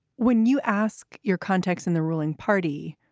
when you ask your contacts in the ruling party,